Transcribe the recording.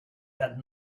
that